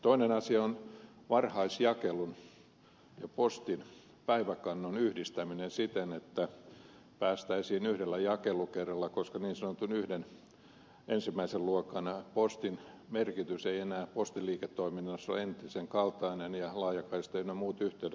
toinen asia on varhaisjakelun ja postin päiväkannon yhdistäminen siten että päästäisiin yhdellä jakelukerralla koska niin sanotun ensimmäisen luokan postin merkitys ei enää postiliiketoiminnassa ole entisen kaltainen ja laajakaista ynnä muuta